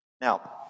Now